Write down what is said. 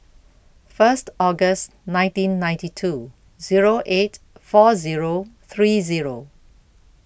First August nineteen ninety two Zero eight four Zero three Zero